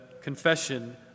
confession